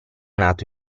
nato